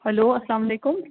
hello اسلامُ علیکُم